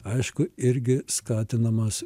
aišku irgi skatinamas